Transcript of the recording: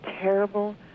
terrible